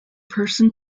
person